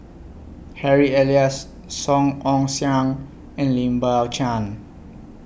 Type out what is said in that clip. Harry Elias Song Ong Siang and Lim Biow Chuan